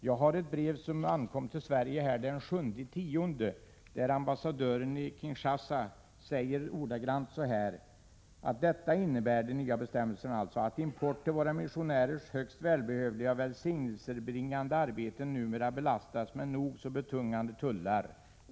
Jag har ett brev med ankomstdatum den 7 oktober där ambassadören i Kinshasa ordagrant säger: ”Detta” — dvs. de nya bestämmelserna ”innebär att import till våra missonärers högst välbehövliga och välsignelsebringande arbeten numera belastas med nog så betungande tullar.